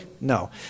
No